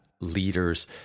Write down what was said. leader's